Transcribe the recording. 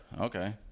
okay